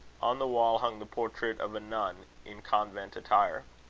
on the wall hung the portrait of a nun in convent-attire.